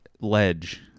ledge